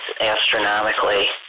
astronomically